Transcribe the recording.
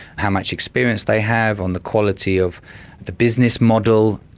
how much experience they have, on the quality of the business model,